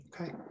Okay